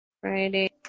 Friday